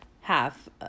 half